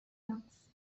blocks